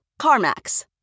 CarMax